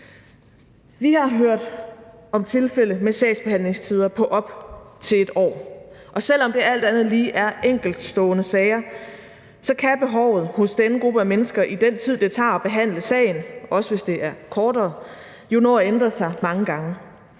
Vi har hørt om tilfælde med sagsbehandlingstider på op til et år. Og selv om det alt andet lige er enkeltstående sager, kan behovet hos den gruppe af mennesker i den tid, det tager at behandle sagen – også hvis det er kortere tid – jo nå at ændre sig mange gange.